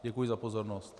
Děkuji za pozornost.